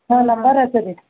ಹಾಂ ನಂಬರ್ ಆತು ರೀ